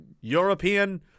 European